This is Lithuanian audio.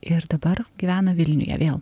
ir dabar gyvena vilniuje vėl